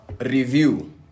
review